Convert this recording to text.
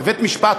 בבית-משפט,